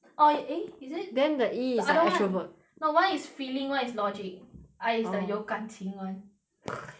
oh eh is it then the E is like extrovert the other [one] no one is feeling one is logic orh I is the 有感情 [one]